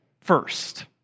first